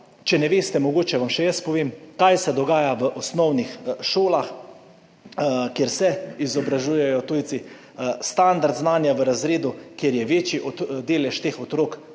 če ne veste, mogoče vam še jaz povem, kaj se dogaja v osnovnih šolah, kjer se izobražujejo tujci. Standard znanja v razredu, kjer je večji delež teh otrok